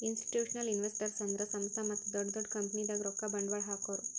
institutional investors ಅಂದ್ರ ಸಂಸ್ಥಾ ಮತ್ತ್ ದೊಡ್ಡ್ ದೊಡ್ಡ್ ಕಂಪನಿದಾಗ್ ರೊಕ್ಕ ಬಂಡ್ವಾಳ್ ಹಾಕೋರು